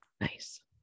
Nice